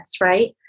right